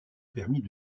permis